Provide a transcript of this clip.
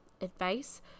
advice